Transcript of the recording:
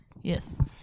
Yes